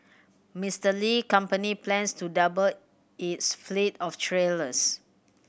Mister Li company plans to double its fleet of trailers